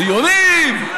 ציונים,